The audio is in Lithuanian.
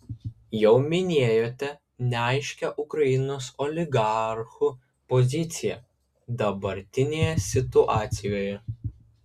jau minėjote neaiškią ukrainos oligarchų poziciją dabartinėje situacijoje